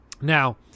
Now